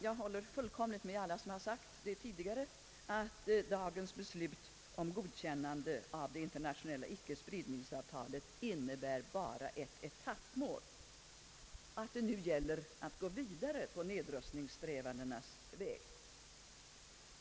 Jag håller fullkomligt med alla som tidigare sagt att dagens beslut om godkännande av det internationella icke-spridningsavtalet bara innebär ett etappmål och att det nu gäller att gå vidare på nedrustningssträvandenas väg.